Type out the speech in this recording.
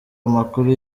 amakuru